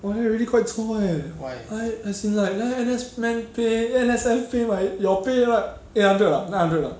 !wah! like that already quite chor eh uh as in like like that N_S men pay N_S_F pay like your pay lah eight hundred ah nine hundred ah